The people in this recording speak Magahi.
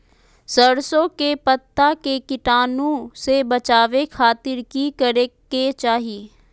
सरसों के पत्ता के कीटाणु से बचावे खातिर की करे के चाही?